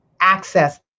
access